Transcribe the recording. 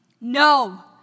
No